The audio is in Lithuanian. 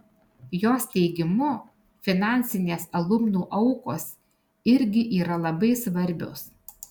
jos teigimu finansinės alumnų aukos irgi yra labai svarbios